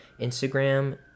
Instagram